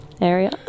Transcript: area